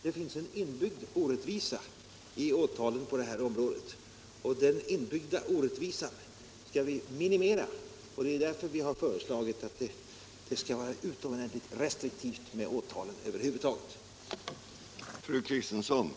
Det finns en inbyggd orättvisa i åtalen på detta område, och denna inbyggda orättvisa bör vi minimera. Det är därför vi har föreslagit att åtal av denna typ över huvud taget skall tillämpas utomordentligt restriktivt.